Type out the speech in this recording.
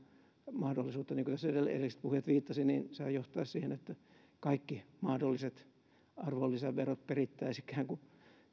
mahdollisuutena niin kuin tässä edelliset puhujat viittasivat niin sehän johtaisi siihen että kaikki mahdolliset arvonlisäverot perittäisiin ikään kuin